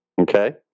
Okay